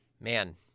man